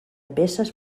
peces